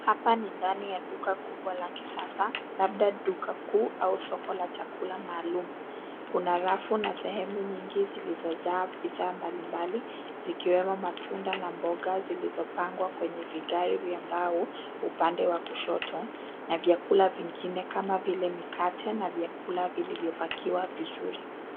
Hapa ni ndani ya duka kubwa la kisasa labda duka kuu au soko la chakula maalumu. Kuna rafu na sehemu nyingine zilizojaa bidhaa mbalimbali zikiwemo matunda na mboga zilizopangwa kwenye vigari vya mbao upande wa kushoto na vyakula vingine kama vile mikate na vyakula vilivyopakiwa vizuri.